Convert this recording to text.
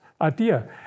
idea